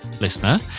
listener